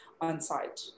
on-site